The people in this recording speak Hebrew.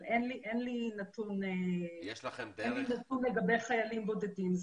אבל אין לי נתון לגבי חיילים בודדים.